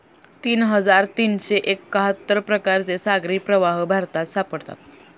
तीन हजार तीनशे एक्काहत्तर प्रकारचे सागरी प्रवाह भारतात सापडतात